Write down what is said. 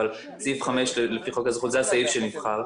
אבל סעיף 5 לפי חוק האזרחות זה הסעיף שנבחר.